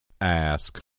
Ask